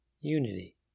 unity